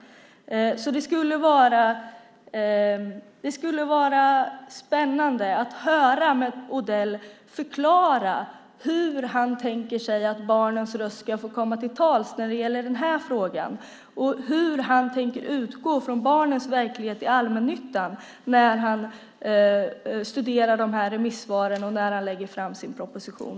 Det skulle vara spännande att höra Odell förklara hur han tänker sig att barnens röst ska få höras när det gäller den här frågan och hur han tänker utgå från barnens verklighet i allmännyttan när han studerar de här remissvaren och när han lägger fram sin proposition.